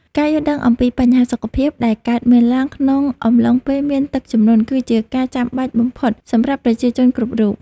ការយល់ដឹងអំពីបញ្ហាសុខភាពដែលកើតមានឡើងក្នុងអំឡុងពេលមានទឹកជំនន់គឺជាការចាំបាច់បំផុតសម្រាប់ប្រជាជនគ្រប់រូប។